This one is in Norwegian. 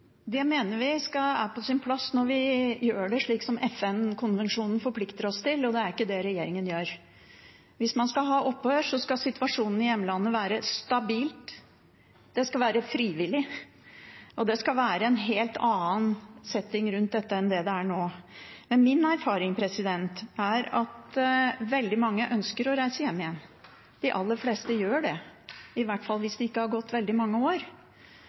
Det mener vi er på sin plass når vi gjør det slik som FN-konvensjonen forplikter oss til, og det er ikke det regjeringen gjør. Hvis man skal ha opphør, skal situasjonen i hjemlandet være stabil, det skal være frivillig, og det skal være en helt annen setting rundt dette enn det det er nå. Men min erfaring er at veldig mange ønsker å reise hjem igjen – de aller fleste gjør det, i hvert fall hvis det ikke har gått veldig mange år.